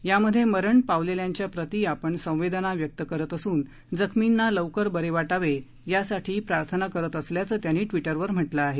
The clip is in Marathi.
यामध्ये मरण पावलेल्यांच्या प्रती आपण संवेदना व्यक्त करीत असून जखमींना लवकर बरे वाटावे यासाठी प्रार्थना करत असल्याचं त्यांनी ट्वीटरवर म्हटलं आहे